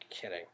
kidding